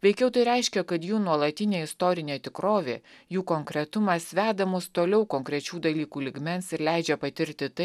veikiau tai reiškia kad jų nuolatinė istorinė tikrovė jų konkretumas veda mus toliau konkrečių dalykų lygmens ir leidžia patirti tai